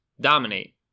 dominate